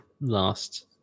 last